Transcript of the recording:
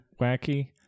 wacky